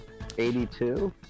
82